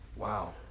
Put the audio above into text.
Wow